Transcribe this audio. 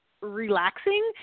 relaxing